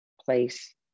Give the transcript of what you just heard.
place